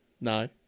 No